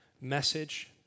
Message